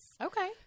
okay